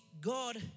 God